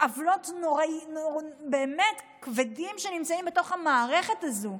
עוולות באמת כבדות שנמצאות בתוך המערכת הזו,